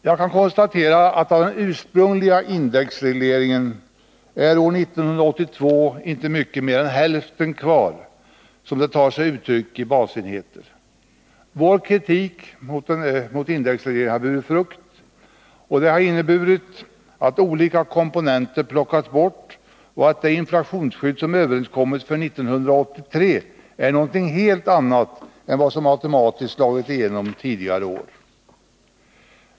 Jag kan konstatera, att av den ursprungliga indexregleringen är det inte mycket mera än hälften kvar 1982, som det tar sig uttryck i basenheter. Vår kritik mot indexregleringen har burit frukt, och det har inneburit att olika komponenter plockats bort. Och det inflationsskydd efter 1983 som har överenskommits är något helt annat än vad som automatiskt har slagit igenom under tidigare år.